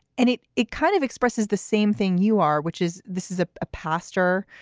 and it it kind of expresses the same thing you are, which is this is a ah pastor.